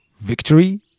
victory